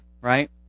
right